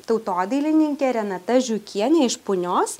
tautodailininkė renata žiūkienė iš punios